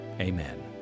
Amen